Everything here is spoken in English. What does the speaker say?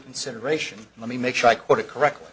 consideration let me make sure i quote it correctly